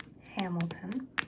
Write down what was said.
Hamilton